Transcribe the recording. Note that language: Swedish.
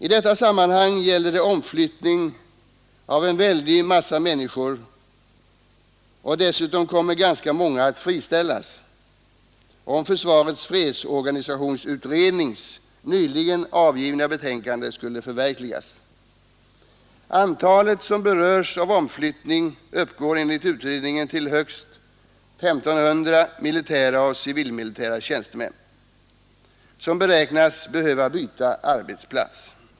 I detta sammanhang gäller det omflyttning av en väldig massa människor, och dessutom kommer ganska många att friställas, om försvarets fredsorganisationsutrednings nyligen avgivna betänkande skulle förverkligas. Antalet som berörs av omflyttning uppgår enligt utredningen till högst 1 500 militära och civilmilitära tjänstemän, som beräknas behöva byta arbetsplats.